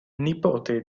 nipote